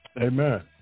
Amen